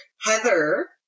Heather